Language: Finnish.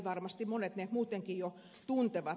varmasti monet ne muutenkin jo tuntevat